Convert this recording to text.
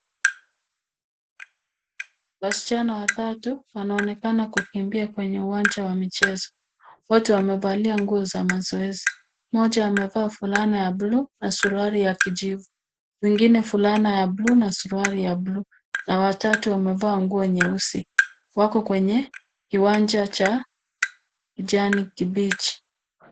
Wasichana watatu wanaonekana kukimbia kwenye uwanja wa michezo, wote wamevalia nguo za mazoezi. Mmoja amevaa fulana ya buluu na suruali ya kijivu, mwingine fulana ya buluu na suruali ya buluu na watatu amevaa nguo nyeusi, wako kwenye kiwanja cha kijani kibichi.